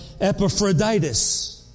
Epaphroditus